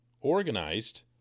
organized